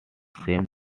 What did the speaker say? same